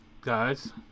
guys